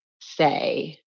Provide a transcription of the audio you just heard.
say